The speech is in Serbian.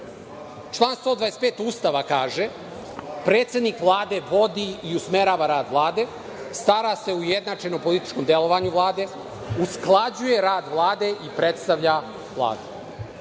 Član 125. Ustava kaže: „predsednik Vlade vodi i usmerava rad Vlade, stara se o ujednačenom političkom delovanju Vlade, usklađuje rad Vlade i predstavlja Vladu“.